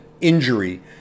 injury